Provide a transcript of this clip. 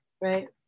right